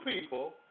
people